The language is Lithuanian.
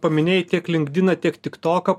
paminėjai tiek linkdiną tiek tiktoką